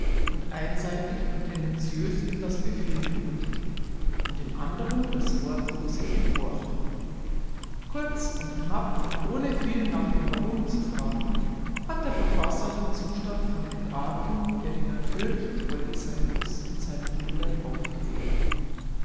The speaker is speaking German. und einseitig und tendenziös ihm das befehlen überträgt und den anderen das wortlose gehorchen kurz und knapp und ohne viel nach dem warum zu fragen hat der verfasser den zustand von entartung der die natürliche folge sein muß in seinen bildern aufgefangen